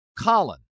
Colin